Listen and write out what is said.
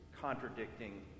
contradicting